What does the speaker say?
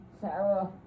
Sarah